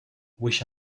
wish